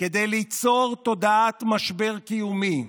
כדי ליצור תודעת משבר קיומי,